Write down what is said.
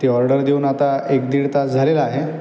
ती ऑर्डर देऊन आता एक दीड तास झालेला आहे